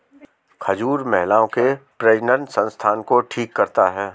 खजूर महिलाओं के प्रजननसंस्थान को ठीक करता है